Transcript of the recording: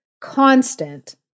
Constant